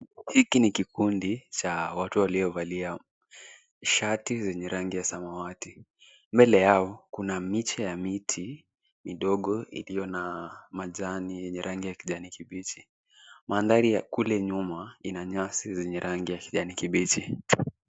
Hiki ni kikundi cha watu waliovalia shati zenye rangi ya samawati. Mbele yao kuna miche ya miti midogo iliyo na majani yenye rangi ya kijani kibichi madhari ya kule nyuma ina nyasi zenye rangi ya kijani kibichi.